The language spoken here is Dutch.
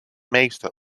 meester